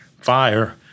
fire